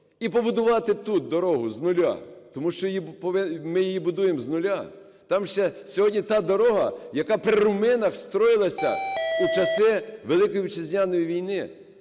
і побудувати тут дорогу з нуля. Тому що ми її будуємо з нуля. Там ще... сьогодні та дорога, яка при румунах строїлась у часи Великої Вітчизняної війни.